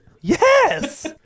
Yes